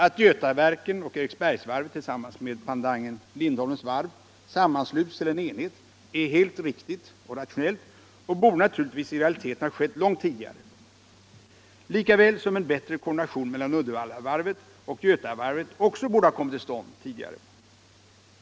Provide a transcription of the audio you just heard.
Att Götaverken och Eriksbergsvarvet tillsammans med pendangen Lindholmens Varv sammansluts till en enhet är helt riktigt och rationellt och borde naturligtvis i realiteten ha skett långt tidigare, lika väl som en bättre koordination mellan Uddevallavarvet och Götavarvet också borde ha kommit till stånd tidigare.